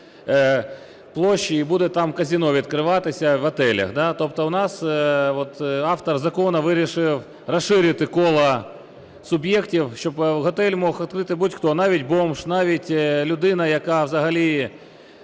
площі і буде там казино відкриватися, в готелях. Тобто у нас автор закону вирішив розширити коло суб'єктів, щоб готель міг відкрити будь-хто, навіть бомж, навіть людина, яка взагалі